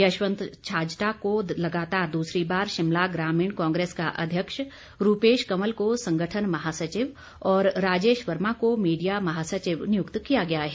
यशवंत छाजटा को लगातार दूसरी बार शिमला ग्रामीण कांग्रेस का अध्यक्ष रूपेश कंवल को संगठन महासचिव और राजेश वर्मा को मीडिया महासचिव नियुक्त किया गया है